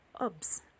OBS